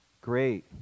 great